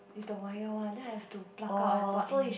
the wire one then I have to pluck out and plug in